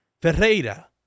Ferreira